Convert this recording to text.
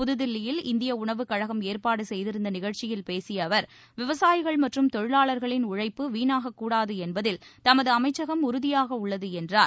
புதுதில்லியில் இந்திய உணவுக்கழகம் ஏற்பாடு செய்திருந்த நிகழ்ச்சியில் பேசிய அவர் விவசாயிகள் மற்றும் தொழிலாளர்களின் உறழப்பு வீணாகக் கூடாது என்பதில் தமது அமைச்சகம் உறுதியாக உள்ளது என்றார்